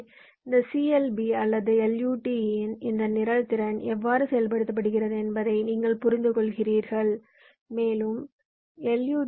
எனவே இந்த CLB அல்லது LUT இன் இந்த நிரல் திறன் எவ்வாறு செயல்படுகிறது என்பதை நீங்கள் புரிந்துகொள்கிறீர்கள் மேலும் எல்